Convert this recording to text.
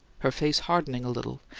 her face hardening a little,